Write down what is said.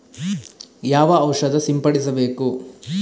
ಯಾವ ಔಷಧ ಸಿಂಪಡಿಸಬೇಕು?